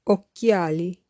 Occhiali